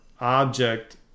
object